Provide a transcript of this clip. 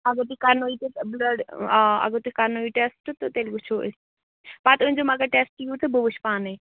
اگر تُہۍ کَرنٲیِو تیٚلہِ بٕلَڈ آ اگر تُہۍ کَرنٲیِو ٹٮ۪سٹ تہٕ تیٚلہِ وٕچھو أسۍ پَتہٕ أنۍزیو مگر ٹٮ۪سٹ یوٗرۍ تہٕ بہٕ وٕچھِ پانَے